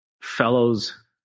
Fellows